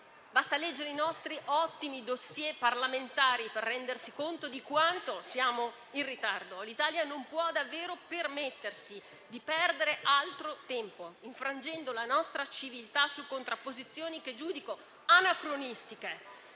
Basta leggere i nostri ottimi *dossier* parlamentari per rendersi conto di quanto siamo in ritardo. L'Italia non può davvero permettersi di perdere altro tempo, infrangendo la nostra civiltà su contrapposizioni che giudico anacronistiche